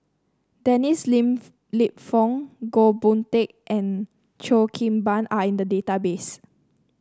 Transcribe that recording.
Dennis Lip Fong Goh Boon Teck and Cheo Kim Ban are in the database